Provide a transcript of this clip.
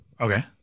Okay